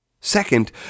Second